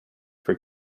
for